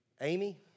Amy